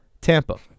Tampa